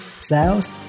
sales